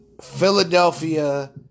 Philadelphia